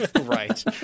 right